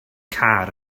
car